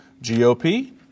GOP